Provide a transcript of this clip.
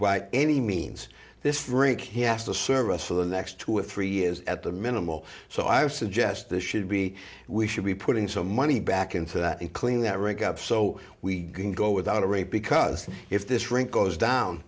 by any means this rink he has to serve us for the next two or three years at the minimal so i've suggest this should be we should be putting some money back into that and clean that rink up so we can go without a rate because if this rink goes down